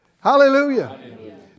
Hallelujah